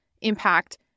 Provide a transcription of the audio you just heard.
Impact